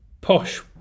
Posh